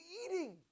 eating